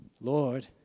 Lord